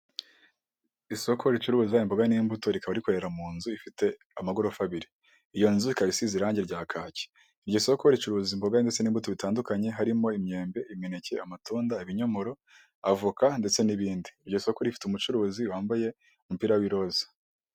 Isoko ricuruza imboga n'imbuto rikaba rikorera munzu ifite amagorofa abiri. Iyo nzu ikaba isize iranjye rya kacyi ,iryo soko ricuruza imboga n'imbuto bitandukanye harimo imyembe, imineke, amatunda, ibinyomoro, avoka, ndetse n'ibindi. Iryo soko rifite umucuruzi wambaye umupira w'iroza.